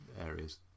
areas